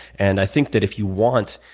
and i think that if you want